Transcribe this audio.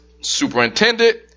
superintendent